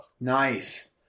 Nice